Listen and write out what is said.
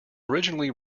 originally